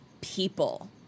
people